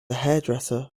hairdresser